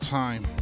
time